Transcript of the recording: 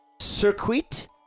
circuit